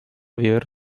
vivere